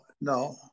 no